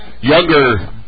younger